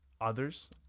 others